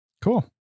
Cool